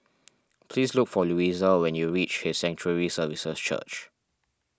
please look for Louisa when you reach His Sanctuary Services Church